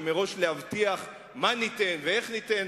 ומראש להבטיח מה ניתן ואיך ניתן,